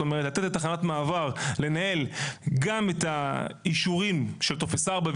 לתת לתחנת מעבר לנהל את האישורים של טופס ארבע,